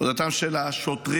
עבודתם של השוטרים,